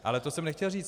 Ale to jsem nechtěl říct.